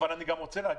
אני גם רוצה להגיד: